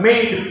Made